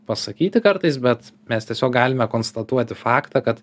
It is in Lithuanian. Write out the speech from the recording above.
pasakyti kartais bet mes tiesiog galime konstatuoti faktą kad